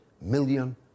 million